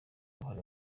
uruhare